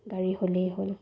গাড়ী হ'লেই হ'ল